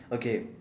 okay